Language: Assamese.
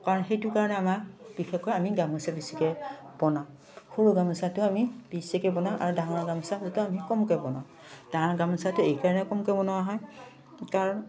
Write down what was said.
কাৰণ সেইটো কাৰণে আমাৰ বিশেষকৈ আমি গামোচা বেছিকৈ বনাওঁ সৰু গামোচাটো আমি বেছিকৈ বনাওঁ আৰু ডাঙৰ গামোচাটো আমি কমকৈ বনাওঁ ডাঙৰ গামোচাটো এইকাৰণে কমকৈ বনোৱা হয় কাৰণ